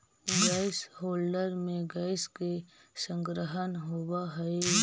gas holder में gas के संग्रहण होवऽ हई